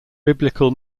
biblical